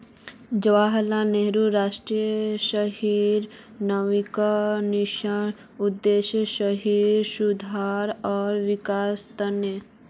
जवाहरलाल नेहरू राष्ट्रीय शहरी नवीकरण मिशनेर उद्देश्य शहरेर सुधार आर विकासेर त न